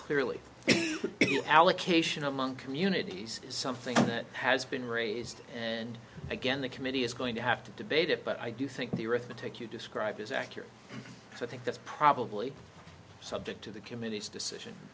clearly allocation among communities is something that has been raised and again the committee is going to have to debate it but i do think the arithmetic you describe is accurate so i think that's probably subject to the committee's decision